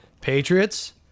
Patriots